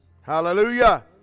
Hallelujah